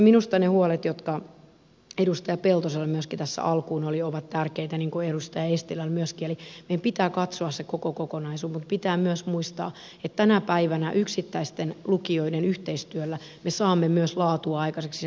minusta ne huolet joita myöskin edustaja peltosella tässä alkuun oli niin kuin edustaja eestilällä myöskin ovat tärkeitä eli meidän pitää katsoa se koko kokonaisuus mutta pitää myös muistaa että tänä päivänä yksittäisten lukioiden yhteistyöllä me saamme myös laatua aikaiseksi